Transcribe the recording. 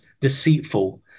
deceitful